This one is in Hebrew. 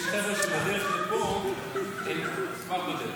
יש חבר'ה שבדרך לפה, הם כבר בדרך.